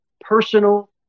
personal